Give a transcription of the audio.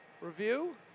review